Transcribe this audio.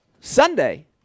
Sunday